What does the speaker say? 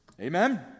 Amen